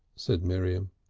said miriam.